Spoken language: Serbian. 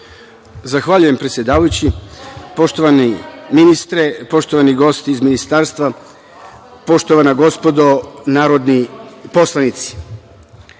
Zahvaljujem, predsedavajući. Poštovani ministre, poštovani gosti iz Ministarstva, poštovana gospodo narodni poslanici,